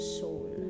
soul